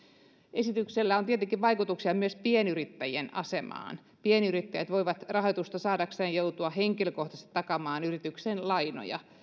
esityksellä on tietenkin vaikutuksia myös pienyrittäjien asemaan pienyrittäjät voivat rahoitusta saadakseen joutua henkilökohtaisesti takaamaan yrityksen lainoja